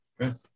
Okay